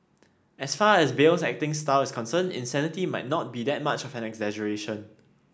as far as Bale's acting style is concerned insanity might not be that much of an exaggeration